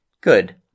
Good